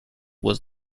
was